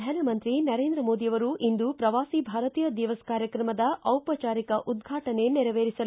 ಪ್ರಧಾನಮಂತ್ರಿ ನರೇಂದ್ರ ಮೋದಿ ಇಂದು ಪ್ರವಾಸಿ ಭಾರತೀಯ ದಿಮಸ್ ಕಾರ್ಯಕ್ರಮದ ದಿಪಚಾರಿಕ ಉದ್ಘಾಟನೆ ನೆರವೇರಿಸಲಿದ್ದು